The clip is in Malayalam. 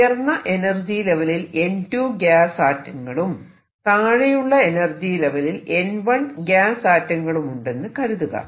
ഉയർന്ന എനർജി ലെവലിൽ n2 ഗ്യാസ് ആറ്റങ്ങളും താഴെയുള്ള എനർജി ലെവലിൽ n1 ഗ്യാസ് ആറ്റങ്ങളുമുണ്ടെന്നു കരുതുക